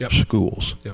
schools